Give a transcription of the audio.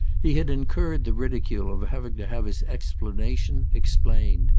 he had incurred the ridicule of having to have his explanation explained.